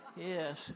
Yes